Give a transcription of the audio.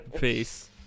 Peace